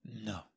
No